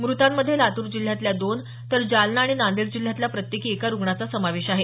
मृतांमध्ये लातूर जिल्ह्यातल्या दोन तर जालना आणि नांदेड जिल्ह्यातल्या प्रत्येकी एका रुग्णाचा समावेश आहे